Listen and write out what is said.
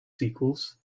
sequels